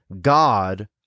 God